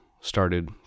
started